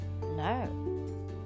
No